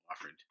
offered